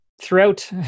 Throughout